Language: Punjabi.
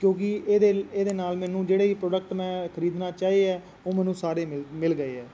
ਕਿਉਂਕਿ ਇਹਦੇ ਇਹਦੇ ਨਾਲ ਮੈਨੂੰ ਜਿਹੜੇ ਵੀ ਪ੍ਰੋਡਕਟ ਮੈਂ ਖਰੀਦਣਾ ਚਾਹੇ ਆ ਉਹ ਮੈਨੂੰ ਸਾਰੇ ਮਿਲ ਮਿਲ ਗਏ ਆ